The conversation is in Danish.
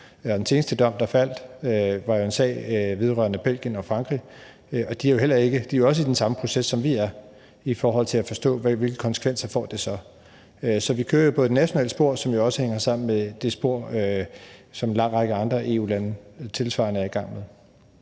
Den seneste dom, der faldt, var i en sag vedrørende Belgien og Frankrig, og de er jo også i den samme proces, som vi er i, i forhold til at forstå, hvilke konsekvenser det så får. Så vi kører på et nationalt spor, som jo også hænger sammen med det, som en lang række andre EU-lande tilsvarende er i gang med.